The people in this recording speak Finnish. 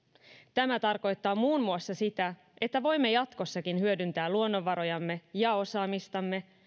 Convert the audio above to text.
tämä tarkoittaa muun muassa sitä että voimme jatkossakin hyödyntää luonnonvarojamme ja osaamistamme